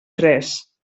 tres